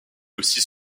aussi